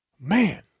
man